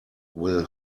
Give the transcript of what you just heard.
will